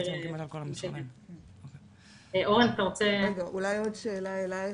עוד שאלה אליך,